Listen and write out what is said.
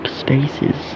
spaces